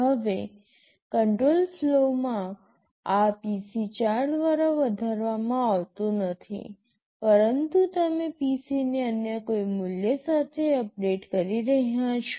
હવે control flow માં આ PC ૪ દ્વારા વધારવામાં આવતું નથી પરંતુ તમે PC ને અન્ય કોઈ મૂલ્ય સાથે અપડેટ કરી રહ્યાં છો